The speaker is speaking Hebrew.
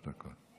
שלוש דקות.